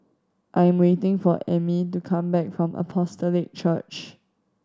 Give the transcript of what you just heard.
I'm waiting for Ammie to come back from Apostolic Church